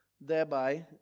thereby